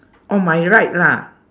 on my right lah